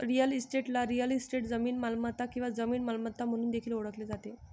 real इस्टेटला real estate, जमीन मालमत्ता किंवा जमीन मालमत्ता म्हणून देखील ओळखले जाते